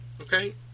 Okay